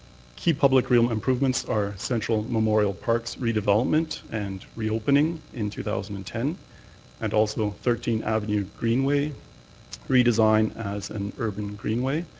key public real improvements are central memorial parks redevelopment and reopening in two thousand and ten and also thirteen avenue green way redesign as an urban green way,